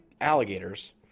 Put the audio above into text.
alligators